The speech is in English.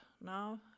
now